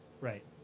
Right